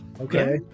Okay